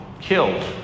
killed